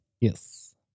Yes